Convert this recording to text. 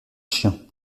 chien